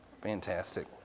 Fantastic